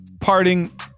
parting